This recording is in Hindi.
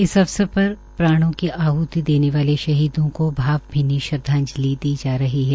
इस अवसर पर प्राणों की आहति देने वाले शहीदों को भावभीनी श्रद्वाजंलि दी जा ही है